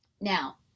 now